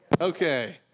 Okay